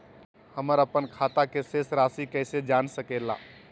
हमर अपन खाता के शेष रासि कैसे जान सके ला?